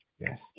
Yes